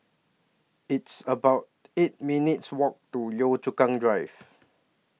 It's about eight minutes' Walk to Yio Chu Kang Drive